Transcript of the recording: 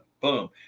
Boom